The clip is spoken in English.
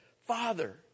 Father